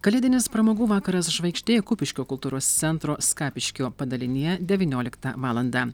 kalėdinis pramogų vakaras žvaigždė kupiškio kultūros centro skapiškio padalinyje devynioliktą valandą